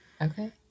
Okay